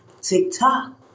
TikTok